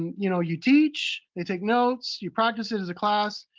you know, you teach, they take notes, you practice it as a class,